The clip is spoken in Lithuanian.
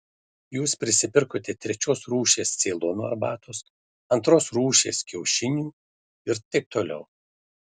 jūs prisipirkote trečios rūšies ceilono arbatos antros rūšies kiaušinių ir taip toliau